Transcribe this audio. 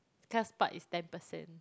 class part is ten percent